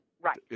Right